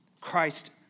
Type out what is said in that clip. Christ